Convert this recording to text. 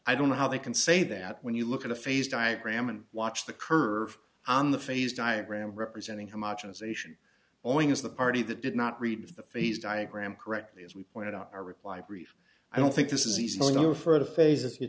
i don't know how they can say that when you look at a phase diagram and watch the curve on the phase diagram representing homogenization owing is the party that did not read the phase diagram correctly as we pointed out a reply brief i don't think this is easy going further phases you